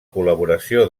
col·laboració